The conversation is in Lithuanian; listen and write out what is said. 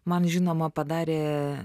man žinoma padarė